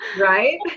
Right